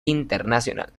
internacional